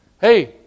Hey